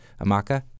Amaka